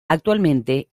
actualmente